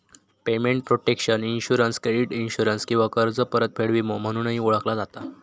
payment protection insurance credit insurance किंवा कर्ज परतफेड विमो म्हणूनही ओळखला जाता